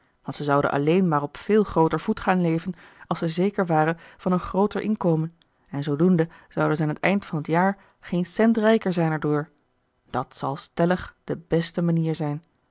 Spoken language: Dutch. want ze zouden alleen maar op veel grooter voet gaan leven als ze zeker waren van een grooter inkomen en zoodoende zouden ze aan t eind van t jaar geen cent rijker zijn erdoor dat zal stellig de beste manier zijn